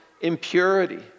impurity